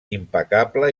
impecable